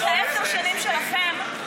אחרי עשר שנים שלכם,